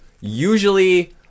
usually